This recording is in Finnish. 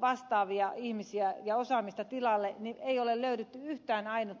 vastaavia ihmisiä ja osaamista tilalle ei ole löydetty yhtään ainutta pätevää